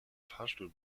fahrstuhl